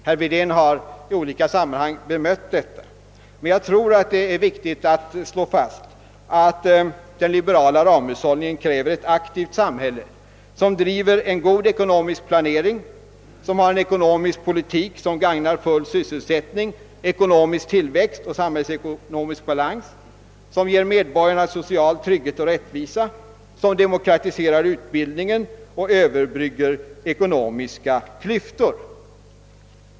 Herr Wedén har i olika sammanhang bemött detta, men jag tror det är viktigt att slå fast, att den liberala ramhushållningen kräver ett aktivt samhälle, som driver en god ekonomisk planering, som för en ekonomisk politik som gagnar full sysselsättning, ekonomisk tillväxt och samhällsekonomisk balans, som ger medborgarna social trygghet och rättvisa, som demokratiserar utbildningen och överbryggar ekonomiska klyftor.